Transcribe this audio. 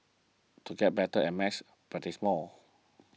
to get better at maths practise more